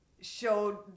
showed